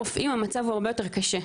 בנוגע לרופאים - המצב הוא הרבה יותר קשה.